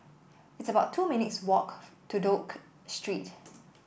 it's about two minutes' walk to Duke Street